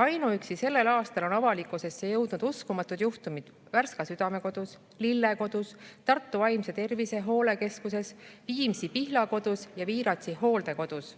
Ainuüksi sellel aastal on avalikkuse ette jõudnud uskumatud juhtumid Värska Südamekodus, Lille Kodus, Tartu Vaimse Tervise Hooldekeskuses, Viimsi Pihlakodus ja Viiratsi hooldekodus.